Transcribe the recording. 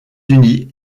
unis